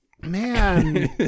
Man